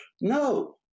no